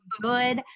good